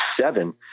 seven